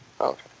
Okay